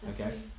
Okay